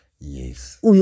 Yes